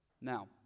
Now